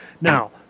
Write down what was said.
now